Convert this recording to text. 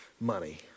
money